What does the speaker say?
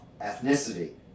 ethnicity